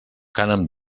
cànem